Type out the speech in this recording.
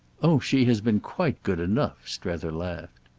oh she has been quite good enough! strether laughed.